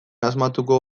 asmatuko